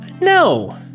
no